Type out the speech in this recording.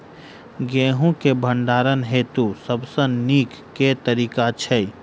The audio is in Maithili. गेंहूँ केँ भण्डारण हेतु सबसँ नीक केँ तरीका छै?